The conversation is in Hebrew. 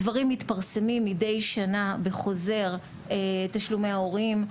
הדברים מתפרסמים מדי שנה בחוזר תשלומי ההורים,